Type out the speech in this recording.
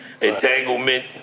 entanglement